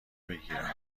بگیرم